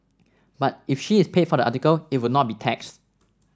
but if she is paid for the article it would not be taxed